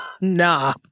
nah